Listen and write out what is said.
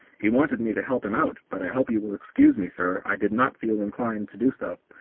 he wanted me to help him out, but i hope you will excuse me, sir, i did not feel inclined to do so.